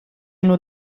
nur